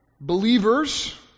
Believers